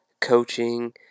coaching